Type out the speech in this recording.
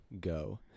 go